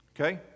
Okay